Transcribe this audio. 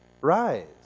rise